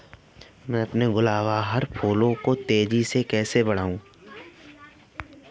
मैं अपने गुलवहार के फूल को तेजी से कैसे बढाऊं?